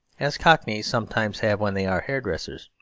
as cockneys sometimes have when they are hair-dressers.